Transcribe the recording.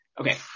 Okay